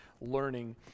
learning